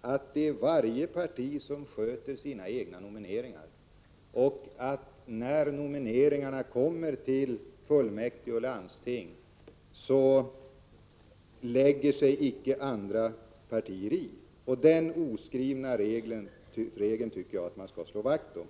att varje parti sköter sina egna nomineringar, och när nomineringarna kommer till fullmäktige och landsting lägger sig icke andra partier i. Den oskrivna regeln tycker jag att man skall slå vakt om.